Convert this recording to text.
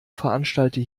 veranstalte